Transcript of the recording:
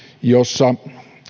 jossa